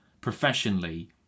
professionally